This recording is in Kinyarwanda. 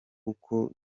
uko